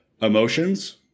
emotions